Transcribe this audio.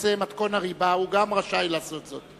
בנושא מתכון הריבה, הוא רשאי לעשות זאת.